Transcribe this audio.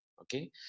Okay